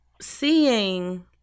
seeing